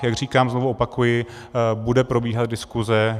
Jak říkám, znovu opakuji, bude probíhat diskuse.